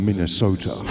Minnesota